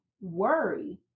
worry